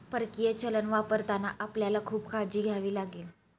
परकीय चलन वापरताना आपल्याला खूप काळजी घ्यावी लागेल